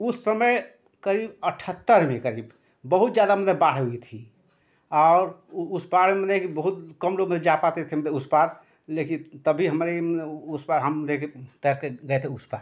उस समय करीब अठत्तर में करीब बहुत ज़्यादा मतलब बाढ़ हो गई थी और उस पार मतलब कि बहुत कम लोग मतलब जा पाते थे मतलब उस पार लेकिन तब भी हमरे मतलब उस पार हम लेकिन तैर कर गए थे उस पार